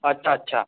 अच्छा अच्छा